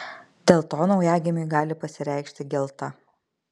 dėl to naujagimiui gali pasireikšti gelta